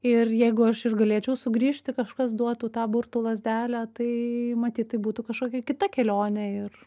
ir jeigu aš ir galėčiau sugrįžti kažkas duotų tą burtų lazdelę tai matyt tai būtų kažkokia kita kelionė ir